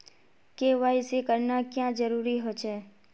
KYC करना क्याँ जरुरी होचे?